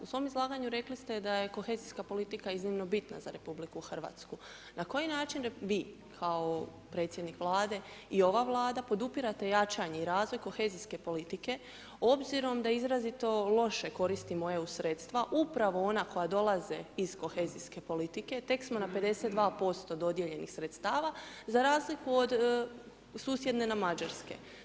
U svom izlaganju rekli ste da je kohezijska politika iznimno bitna za Republiku Hrvatsku, na koji način vi, kao Predsjednik Vlade i ova Vlada, podupirate jačanje i razvoj kohezijske politike, obzirom da izrazito loše koristimo EU sredstva, upravo ona koja dolaze iz kohezijske politike, tek smo na 52% dodijeljenih sredstava za razliku od susjedne nam Mađarske.